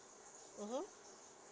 mmhmm